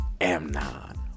Amnon